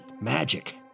magic